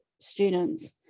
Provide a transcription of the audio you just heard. students